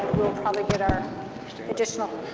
probably get our additional